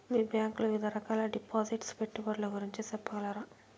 మీ bank లో వివిధ రకాల డిపాసిట్స్, పెట్టుబడుల గురించి సెప్పగలరా?